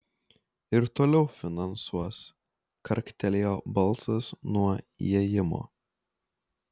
ir toliau finansuos karktelėjo balsas nuo įėjimo